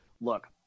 look